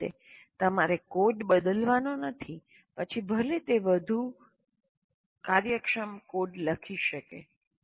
સામાન્ય રીતે તમારે કોડ બદલવાનો નથી પછી ભલે તે વધુ કાર્યક્ષમ કોડ લખી શકે